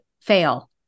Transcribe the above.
fail